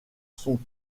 sont